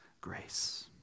grace